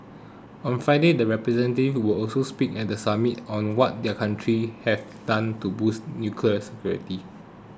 on Friday the representatives will also speak at the summit on what their country have done to boost nuclear security